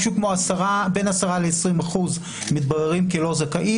משהו כמו בין 20%-10% מתבררים כלא זכאים,